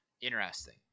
Interesting